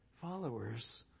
followers